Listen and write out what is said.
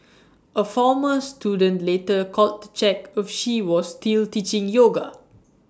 A former student later called to check if she was still teaching yoga